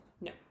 No